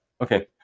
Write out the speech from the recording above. Okay